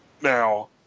now